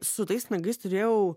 su tais nagais turėjau